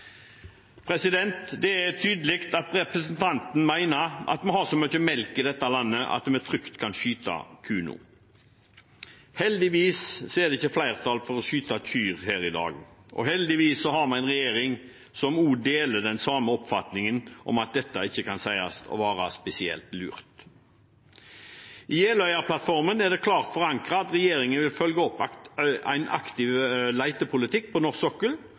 Det er tydelig at representanten mener at vi har så mye melk i dette landet at vi trygt kan skyte kuene. Heldigvis er det ikke flertall for å skyte kyr her i dag, og heldigvis har vi en regjering som også deler den samme oppfatningen, at dette ikke kan sies å være spesielt lurt. I Jeløya-plattformen er det klart forankret at regjeringen vil følge opp en aktiv letepolitikk på norsk sokkel